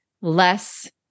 less-